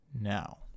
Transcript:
now